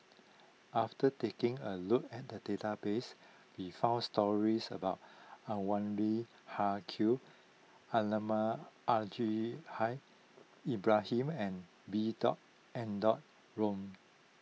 after taking a look at the database we found stories about Anwarul Haque Al Haj Ibrahim and B dot N dot Room